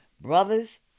Brothers